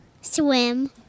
Swim